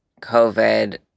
COVID